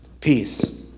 peace